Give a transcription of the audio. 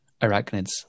arachnids